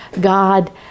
God